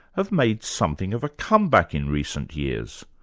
have made something of a comeback in recent years.